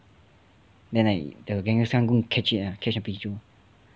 then like the kangastan go catch it lah catch the pichu